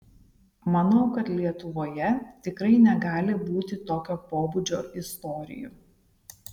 manau kad lietuvoje tikrai negali būti tokio pobūdžio istorijų